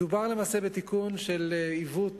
מדובר למעשה בתיקון של עיוות